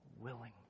willing